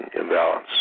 imbalance